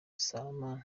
salman